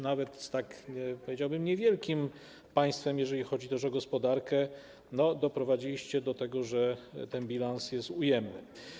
Nawet z tak, powiedziałbym, niewielkim państwem, także jeżeli chodzi o gospodarkę, doprowadziliście do tego, że ten bilans jest ujemny.